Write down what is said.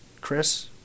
Chris